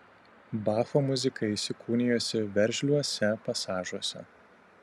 bacho muzika įsikūnijusi veržliuose pasažuose